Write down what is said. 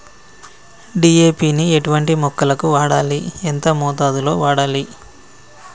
DAP ని ఎటువంటి మొక్కలకు వాడాలి? ఎంత మోతాదులో వాడాలి?